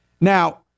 Now